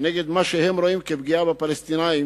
נגד מה שהם רואים כפגיעה בפלסטינים,